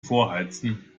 vorheizen